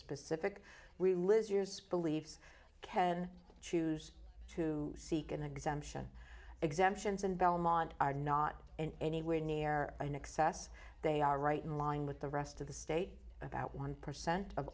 specific really liz years believes ken choose to seek an exemption exemptions and belmont are not anywhere near an excess they are right in line with the rest of the state about one percent of